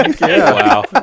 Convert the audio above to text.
Wow